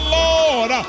lord